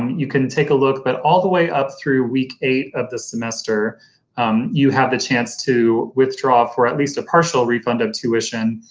you can take a look. but, all way up through week eight of the semester you have the chance to withdraw for at least a partial refund of tuition.